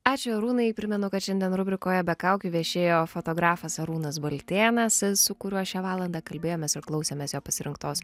ačiū arūnai primenu kad šiandien rubrikoje be kaukių viešėjo fotografas arūnas baltėnas su kuriuo šią valandą kalbėjomės ir klausėmės jo pasirinktos